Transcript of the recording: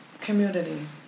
community